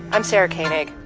i'm sarah koenig.